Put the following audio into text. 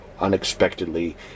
unexpectedly